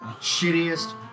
shittiest